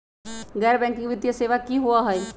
गैर बैकिंग वित्तीय सेवा की होअ हई?